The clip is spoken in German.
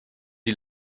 die